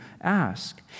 ask